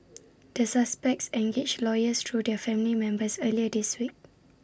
the suspects engaged lawyers through their family members earlier this week